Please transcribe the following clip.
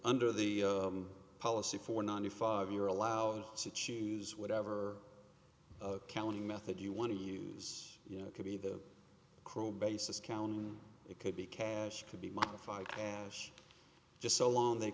under the policy for ninety five you're allowed to choose whatever accounting method you want to use you know could be the crew basis counting it could be cash could be modified and just so long they